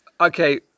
Okay